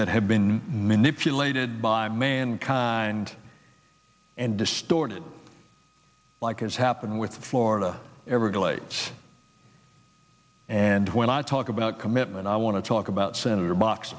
that have been miniscule aided by mankind and distorted like has happened with the florida everglades and when i talk about commitment i want to talk about senator box